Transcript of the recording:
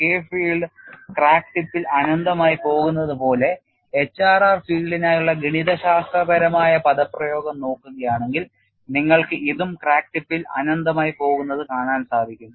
K field crack ടിപ്പിൽ അനന്തമായി പോകുന്നത് പോലെ HRR ഫീൽഡിനായുള്ള ഗണിതശാസ്ത്രപരമായ പദപ്രയോഗം നോക്കുകയാണെങ്കിൽ നിങ്ങൾക്ക് ഇതും ക്രാക്ക് ടിപ്പിൽ അനന്തമായി പോകുന്നത് കാണാൻ സാധിക്കും